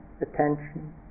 attention